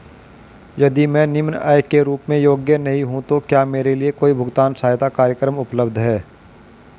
यदि मैं निम्न आय के रूप में योग्य नहीं हूँ तो क्या मेरे लिए कोई भुगतान सहायता कार्यक्रम उपलब्ध है?